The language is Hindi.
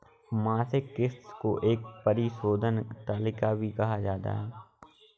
मासिक किस्त को एक परिशोधन तालिका भी कहा जाता है